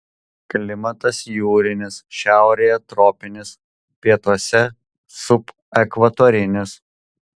klimatas jūrinis šiaurėje tropinis pietuose subekvatorinis